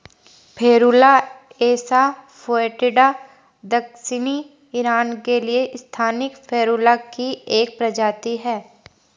Ferula assa foetida दक्षिणी Iran के लिए स्थानिक फेरुला की एक प्रजाति है